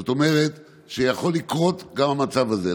זאת אומרת, יכול לקרות גם המצב הזה.